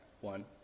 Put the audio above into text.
One